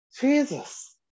Jesus